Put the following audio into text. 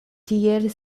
tiel